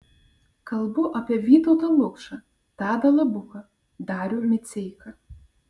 kalbu apie vytautą lukšą tadą labuką darių miceiką